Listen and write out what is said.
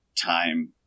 time